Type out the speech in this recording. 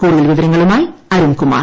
കൂടുതൽ വിവരങ്ങളുമായി അരുൺകുമാർ